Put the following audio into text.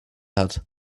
hat